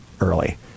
early